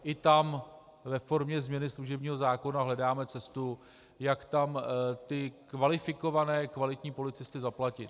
I tam ve formě změny služebního zákona hledáme cestu, jak tam kvalifikované, kvalitní policisty zaplatit.